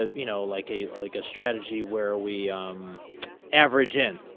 ah you know like a like a strategy where we average in.